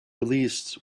released